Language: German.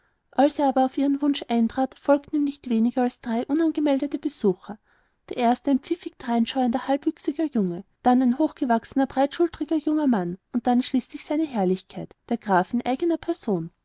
als er aber auf ihren wunsch eintrat folgten ihm nicht weniger als drei unangemeldete besucher der erste ein pfiffig dreinschauender halbwüchsiger junge dann ein hochgewachsener breitschulteriger junger mann und schließlich seine herrlichkeit der graf in eigner person